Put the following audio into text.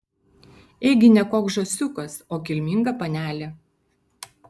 ėgi ne koks žąsiukas o kilminga panelė